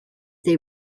they